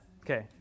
Okay